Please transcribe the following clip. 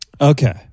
Okay